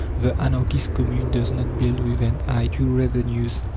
the anarchist commune does not build with an eye to revenues.